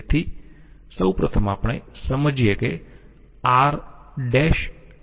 તેથી સૌ પ્રથમ આપણે સમજીએ કે Rʹ dRdt હોય છે